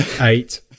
eight